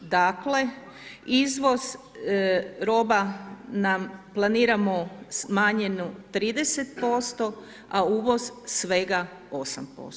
Dakle, izvoz roba nam, planiramo smanjenu 30%, a uvoz svega 8%